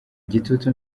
gitutu